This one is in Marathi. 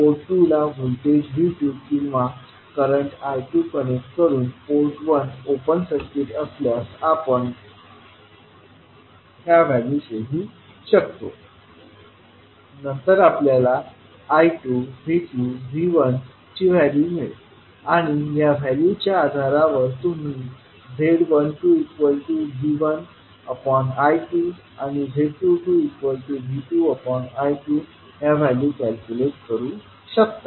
पोर्ट 2 ला व्होल्टेज V2किंवा करंट I2 कनेक्ट करून पोर्ट 1 ओपन सर्किट असल्यास आपण ह्या व्हॅल्यू शोधू शकतो नंतर आपल्याला I2 V2 V1 ची व्हॅल्यू मिळेल आणि या व्हॅल्यू च्या आधारावर तुम्ही z12V1I2 आणि z22V2I2 ह्या व्हॅल्यू कॅल्क्युलेट करू शकता